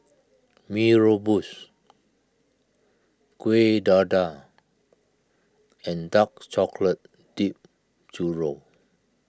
Mee Rebus Kuih Dadar and Dark Chocolate Dipped Churro